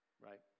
right